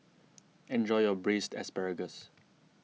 enjoy your Braised Asparagus